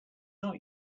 not